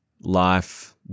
life